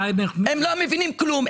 הם לא מבינים כלום.